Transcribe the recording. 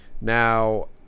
Now